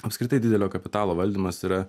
apskritai didelio kapitalo valdymas tai yra